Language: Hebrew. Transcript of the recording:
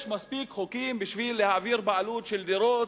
יש מספיק חוקים בשביל להעביר בעלות של דירות,